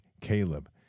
Caleb